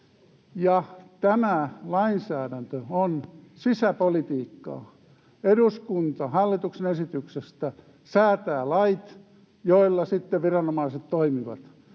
Tämä lainsäädäntö on sisäpolitiikkaa. Eduskunta hallituksen esityksestä säätää lait, joilla sitten viranomaiset toimivat.